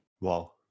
Wow